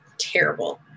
Terrible